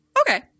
Okay